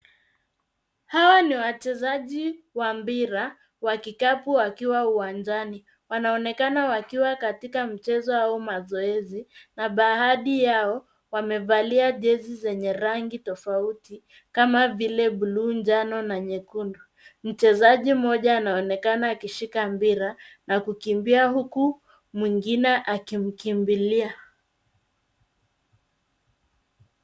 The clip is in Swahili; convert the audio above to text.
Hawa ni wachezaji wa mpira wa kikapu wakiwa uwanjani. Wanaonekana wakiwa katika mchezo au mazoezi na baadhi yao wamevalia jezi zenye tofauti kama vile bluu, njano na nyekundu. Mchezaji mmoja anaonekana akishika mpira na kukimbia huku mwingine akimkimbilia.